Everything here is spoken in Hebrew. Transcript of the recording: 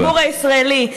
הציבור הישראלי.